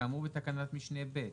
כאמור בתקנת משנה (ב).